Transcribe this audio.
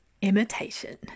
Imitation